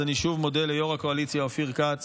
אז אני שוב מודה ליו"ר הקואליציה אופיר כץ